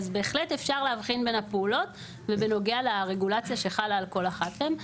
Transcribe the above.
אז בהחלט אפשר להבחין בין הפעולות ובנוגע לרגולציה שחלה על כל אחת מהם,